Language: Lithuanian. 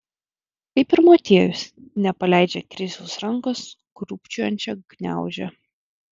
kaip ir motiejus nepaleidžia krisiaus rankos krūpčiojančią gniaužia